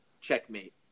checkmate